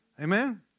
Amen